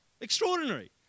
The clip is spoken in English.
Extraordinary